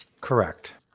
Correct